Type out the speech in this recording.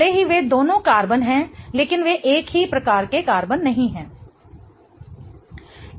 भले ही वे दोनों कार्बन हैं लेकिन वे एक ही प्रकार के कार्बन नहीं हैं